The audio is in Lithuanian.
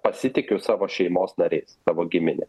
pasitikiu savo šeimos nariais savo gimine